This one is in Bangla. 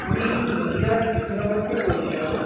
আমি নদিয়ার কৃষ্ণনগর থেকে বলছিলাম